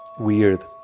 weird.